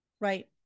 right